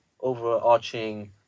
overarching